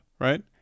right